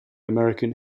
american